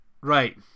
Right